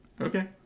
Okay